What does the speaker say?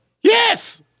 Yes